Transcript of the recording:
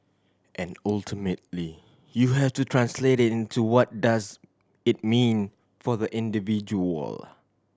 and ultimately you have to translate it into what does it mean for the individual